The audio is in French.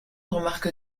remarque